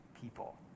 people